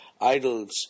idols